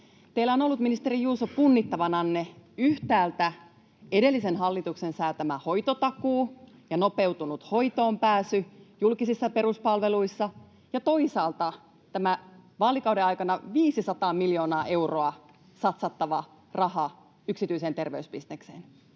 Teillä on ollut, ministeri Juuso, punnittavananne yhtäältä edellisen hallituksen säätämä hoitotakuu ja nopeutunut hoitoonpääsy julkisissa peruspalveluissa ja toisaalta tämä vaalikauden aikana 500 miljoonaa euroa satsattava raha yksityiseen terveysbisnekseen,